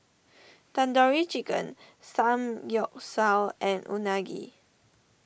Tandoori Chicken Samgyeopsal and Unagi